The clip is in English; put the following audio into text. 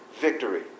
victory